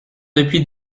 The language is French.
depuis